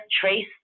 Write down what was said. trace